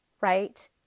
right